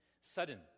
Sudden